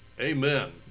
Amen